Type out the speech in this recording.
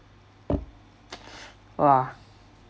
!wah!